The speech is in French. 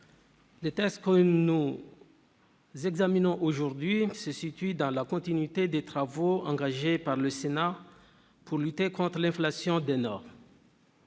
le texte que nous examinons aujourd'hui se situe dans la continuité des travaux engagés par le Sénat pour lutter contre l'inflation des normes.